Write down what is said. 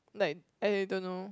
like I don't know